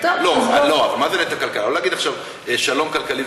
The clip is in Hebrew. לא, מה זה נטו כלכלה?